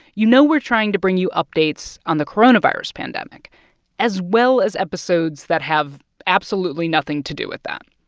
you know we're trying to bring you updates on the coronavirus pandemic as well as episodes that have absolutely nothing to do with that.